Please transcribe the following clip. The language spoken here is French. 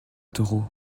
taureau